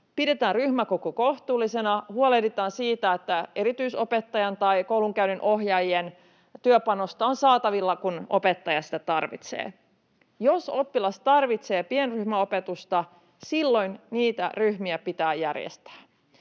pidetään ryhmäkoko kohtuullisena sekä huolehditaan siitä, että erityisopettajan tai koulunkäynninohjaajien työpanosta on saatavilla, kun opettaja sitä tarvitsee. Jos oppilas tarvitsee pienryhmäopetusta, silloin niitä ryhmiä pitää järjestää.